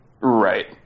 Right